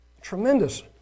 Tremendous